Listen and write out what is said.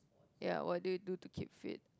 ya what do you do to keep fit